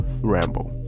Rambo